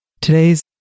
Today's